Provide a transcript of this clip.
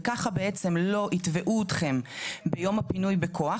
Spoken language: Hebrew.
וכך בעצם לא יתבעו אתכם ביום הפינוי בכוח,